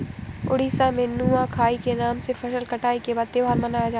उड़ीसा में नुआखाई के नाम से फसल कटाई के बाद त्योहार मनाया जाता है